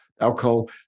alcohol